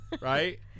right